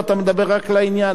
ואתה מדבר רק לעניין,